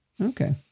Okay